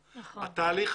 --- תומר,